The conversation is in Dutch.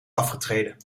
afgetreden